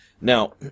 Now